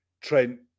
Trent